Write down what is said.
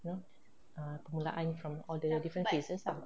you know permulaan from all the different cases lah